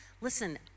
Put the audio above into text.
listen